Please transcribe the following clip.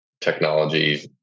technology